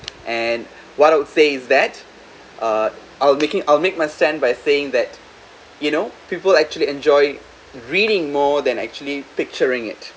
and what I would say is that uh I'll making I'll make my send by saying that you know people are actually enjoy reading more than actually picturing it